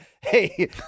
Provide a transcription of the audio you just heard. hey